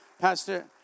Pastor